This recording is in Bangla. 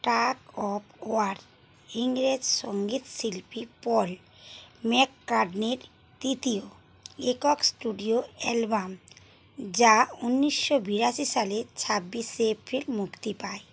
টাগ অফ ওয়ার ইংরেজ সঙ্গীতশিল্পী পল ম্যাককার্টনির তৃতীয় একক স্টুডিও অ্যালবাম যা ঊনিশশো বিরাশি সালের ছাব্বিশে এপ্রিল মুক্তি পায়